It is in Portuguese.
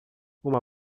uma